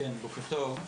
בוקר טוב,